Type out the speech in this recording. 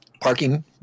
parking